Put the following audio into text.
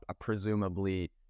presumably